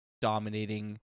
dominating